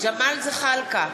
ג'מאל זחאלקה,